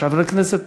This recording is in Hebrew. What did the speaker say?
יש חברי כנסת